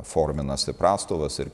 forminasi prastovas ir